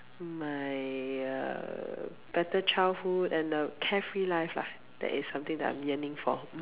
my uh better childhood and a carefree life lah that is something that I'm yearning for mm